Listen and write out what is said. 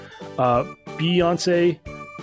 Beyonce